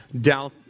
doubt